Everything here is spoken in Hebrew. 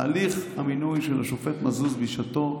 הליך המינוי של השופט מזוז, בשעתו,